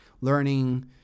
learning